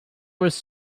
was